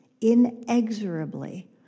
inexorably